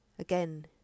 Again